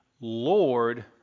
Lord